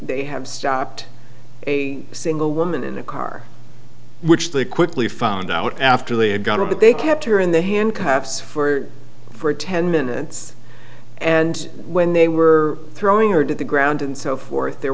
they have stopped a single woman in the car which they quickly found out after they had got her but they kept her in the handcuffs for for ten minutes and when they were throwing her to the ground and so forth there